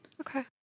Okay